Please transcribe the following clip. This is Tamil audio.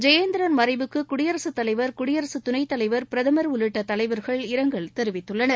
ஜெயேந்திரர் மறைவுக்கு குடியரசுத் தலைவர் குடியரசுத் துணை தலைவர் பிரதமர் உள்ளிட்ட தலைவர்கள் இரங்கல் தெரிவித்துள்ளனர்